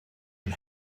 ein